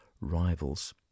rivals